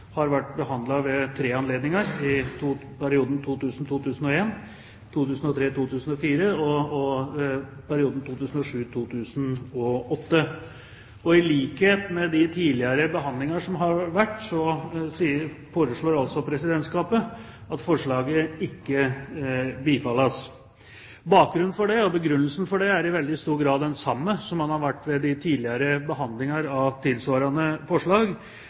har vært behandlet ved tre anledninger, i 2000–2001, 2003–2004 og 2007–2008. Som ved tidligere behandlinger foreslår Presidentskapet at forslaget ikke bifalles. Bakgrunnen, og begrunnelsen, for det er i veldig stor grad den samme som ved tidligere behandlinger av tilsvarende forslag,